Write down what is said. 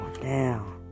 down